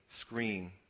screen